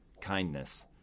Kindness